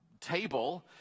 table